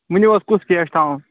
ؤنِو حظ کُس کیک چھُ تھاوُن